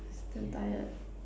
damn tired